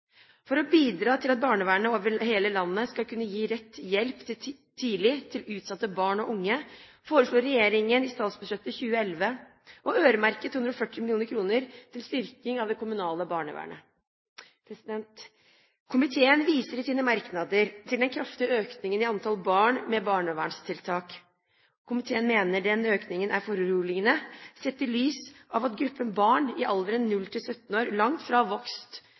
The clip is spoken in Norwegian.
For å bidra til at barnevernet over hele landet skal kunne gi rett hjelp tidlig til utsatte barn og unge, foreslo regjeringen i statsbudsjettet for 2011 å øremerke 240 mill. kr til en styrking av det kommunale barnevernet. Komiteen viser i sine merknader til den kraftige økningen i antall barn med barnevernstiltak. Komiteen mener denne økningen er foruroligende sett i lys av at gruppen barn i alderen 0–17 år langt fra har vokst